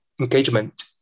engagement